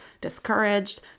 discouraged